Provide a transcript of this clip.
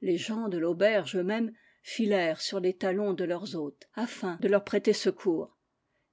les gens de l'auberge eux-mêmes filèrent sur les talons de leurs hôtes afin de leur prêter secours